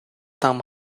там